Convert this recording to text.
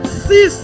see